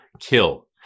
kill